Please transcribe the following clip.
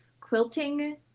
quilting